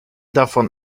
davon